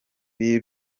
b’i